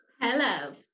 hello